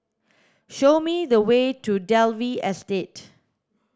show me the way to Dalvey Estate